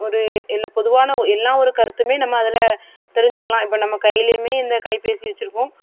ஒரு இல்லை பொதுவான எல்லாம் ஒரு கருத்துமே நம்ம அதில் தெரிஞ்சுக்கலாம் இப்போ நம்ம கைலையுமே இந்த கைப்பேசி வச்சுருக்கோம்